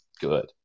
good